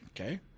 Okay